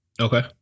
Okay